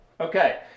Okay